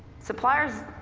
suppliers,